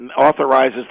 authorizes